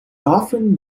often